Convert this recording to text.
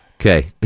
okay